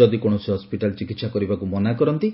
ଯଦି କୌଣସି ହସ୍ପିଟାଲ ଚିକିହା କରିବାକୁ ମନା କରନ୍ତି